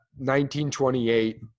1928